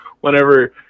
whenever